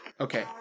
Okay